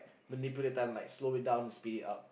manipulate time like slowly it down or speed it up